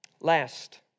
Last